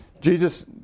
Jesus